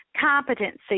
competency